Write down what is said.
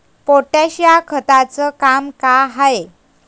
Potash या खताचं काम का हाय?